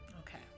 Okay